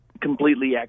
completely